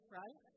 right